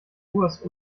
urs